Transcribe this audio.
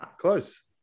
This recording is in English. close